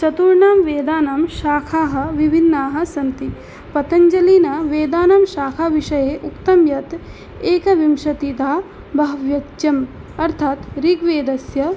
चतुर्णां वेदानां शाखाः विभिन्नाः सन्ति पतञ्जलिना वेदानां शाखाविषये उक्तं यत् एकविंशतिधा बाह्व्यृच्यम् अर्थात् ऋग्वेदस्य